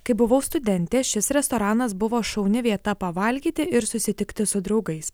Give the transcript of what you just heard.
kai buvau studentė šis restoranas buvo šauni vieta pavalgyti ir susitikti su draugais